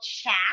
chat